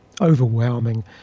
overwhelming